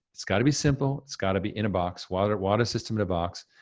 it's gotta be simple, it's gotta be in a box, water water system in a box,